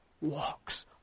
walks